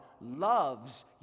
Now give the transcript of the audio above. loves